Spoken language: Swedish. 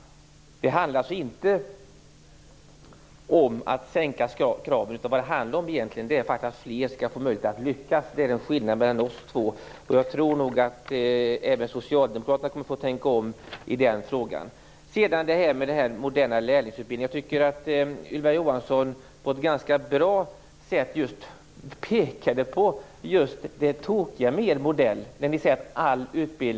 Det handlar inte om att sänka kraven. Vad det handlar om är faktiskt att fler skall få möjlighet att lyckas. Det är skillnaden mellan oss två. Jag tror nog att även Socialdemokraterna kommer att få tänka om i den frågan. Sedan till frågan om den moderna lärlingsutbildningen. Jag tycker att Ylva Johansson på ett ganska bra sätt pekade på det tokiga i Socialdemokraternas modell.